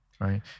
Right